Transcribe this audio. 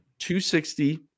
260